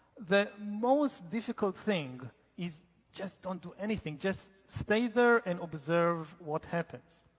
the most difficult thing is just don't do anything, just stay there and observe what happens.